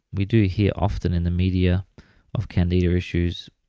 we do hear often in the media of candida issues,